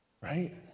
right